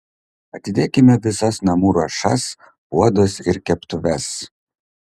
atidėkime visas namų ruošas puodus ir keptuves